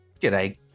G'day